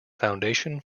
foundation